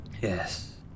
Yes